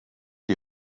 die